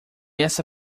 essa